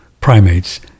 primates